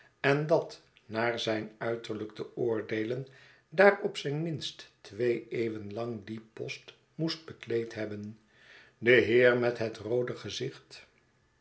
en dat naar zijn uiterlijk te oordeelen daar op zijn minst twee eeuwen lang dien post moest bekleed hebben de heer met het roode gezicht